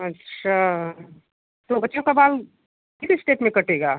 अच्छा तो बच्चों का बाल थ्री इस्टेप में कटेगा